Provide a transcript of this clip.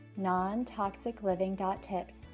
nontoxicliving.tips